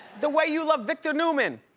the way you love victor newman.